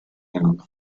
young